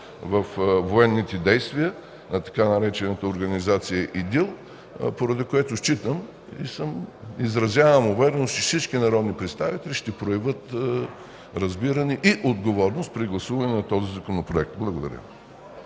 във военните действия на така наречената организация ИДИЛ, поради което считам и изразявам увереност, че всички народни представители ще проявят разбиране и отговорност при гласуване на този Законопроект. Благодаря.